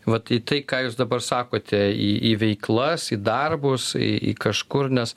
vat į tai ką jūs dabar sakote į į veiklas į darbus į į kažkur nes